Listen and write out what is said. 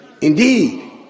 Indeed